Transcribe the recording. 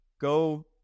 Go